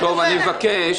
אני מבקש.